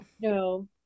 no